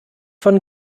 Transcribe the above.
von